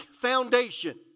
foundation